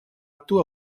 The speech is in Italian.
tua